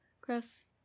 Gross